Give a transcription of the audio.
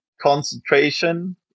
concentration